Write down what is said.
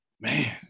man